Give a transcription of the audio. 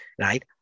right